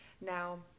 Now